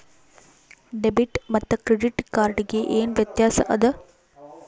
Debit ಮತ್ತ credit card ಗೆ ಏನ ವ್ಯತ್ಯಾಸ ಆದ?